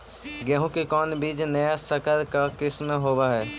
गेहू की कोन बीज नया सकर के किस्म होब हय?